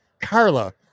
Carla